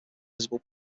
visible